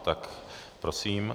Tak prosím.